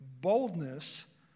boldness